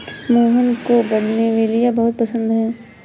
मोहन को बोगनवेलिया बहुत पसंद है